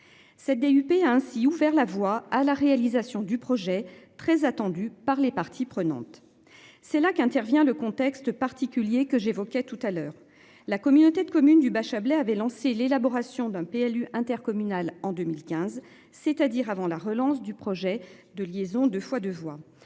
Cette DUP a ainsi ouvert la voie à la réalisation du projet très attendu par les parties prenantes. C'est là qu'intervient le contexte particulier que j'évoquais tout à l'heure, la communauté de communes du Bachabélé avait lancé l'élaboration d'un PLU intercommunal. En 2015, c'est-à-dire avant la relance du projet de liaison 2 fois 2 voies